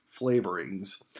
flavorings